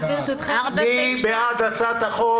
מי בעד הצעת החוק?